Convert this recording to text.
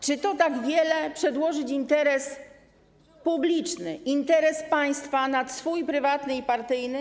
Czy to tak wiele - przedłożyć interes publiczny, interes państwa nad swój prywatny i partyjny?